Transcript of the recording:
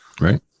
Right